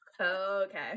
Okay